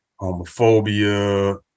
homophobia